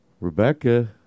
rebecca